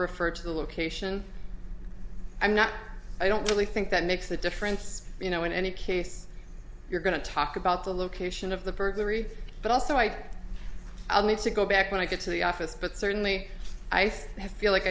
refer to the location i'm not i don't really think that makes a difference you know in any case you're going to talk about the location of the burglary but also like i'll need to go back when i get to the office but certainly i think i feel like